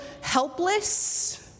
helpless